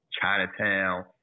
Chinatown